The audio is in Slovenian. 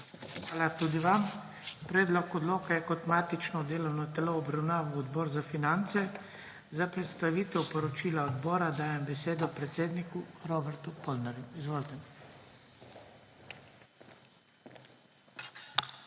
Hvala lepa. Predlog odloka je kot matično delovno telo obravnaval Odbor za finance. Za predstavitev poročila odbora dajem besedo predsedniku Robertu Polnarju. Izvolite. ROBERT